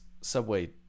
Subway